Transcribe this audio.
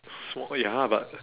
small ya but